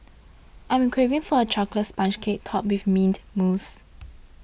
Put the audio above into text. I am craving for a Chocolate Sponge Cake Topped with Mint Mousse